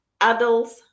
adults